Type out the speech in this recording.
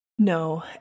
No